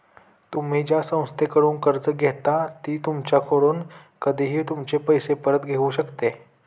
तुम्ही ज्या संस्थेकडून कर्ज घेता ती तुमच्याकडून कधीही तुमचे पैसे परत घेऊ शकते